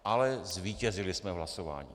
Ale zvítězili jsme v hlasování.